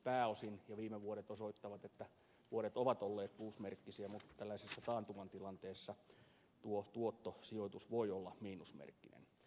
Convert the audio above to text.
pääosin sen viime vuodet osoittavat vuodet ovat olleet plusmerkkisiä mutta tällaisessa taantuman tilanteessa sijoituksen tuotto voi olla miinusmerkkinen